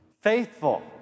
Faithful